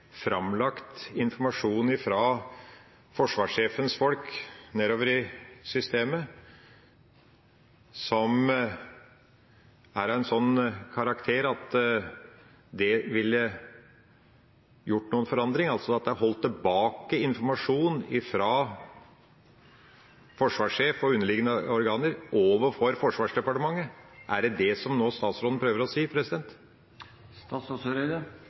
framlagt informasjon fra forsvarssjefens folk nedover i systemet som er av en sånn karakter at det ville gjort noen forandring – altså at det er holdt tilbake informasjon fra forsvarssjef og underliggende organer overfor Forsvarsdepartementet? Er det det statsråden nå prøver å si? Nei, det er ikke det jeg prøver å si.